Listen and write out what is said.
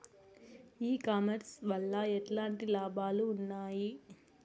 ఈ కామర్స్ వల్ల ఎట్లాంటి లాభాలు ఉన్నాయి?